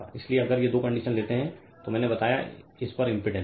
इसलिए अगर ये दो कंडीशन लेते है तो मैने बताया इस पर इम्पीडेन्स